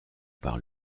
par